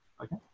Okay